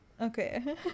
Okay